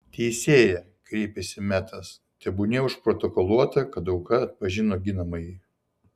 teisėja kreipėsi metas tebūnie užprotokoluota kad auka atpažino ginamąjį